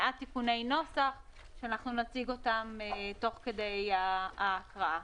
מעט תיקוני נוסח שנציג תוך כדי ההקראה.